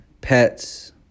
pets